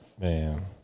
Man